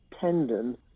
tendon